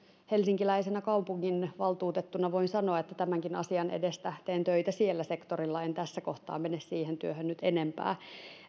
helsinkiläisenä kaupunginvaltuutettuna voin sanoa että tämänkin asian edestä teen töitä siellä sektorilla en tässä kohtaa mene siihen työhön nyt enempää